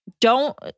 Don't-